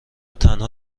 تنها